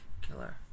killer